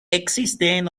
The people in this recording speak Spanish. existen